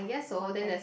one pepper